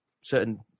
certain